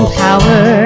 power